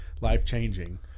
life-changing